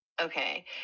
okay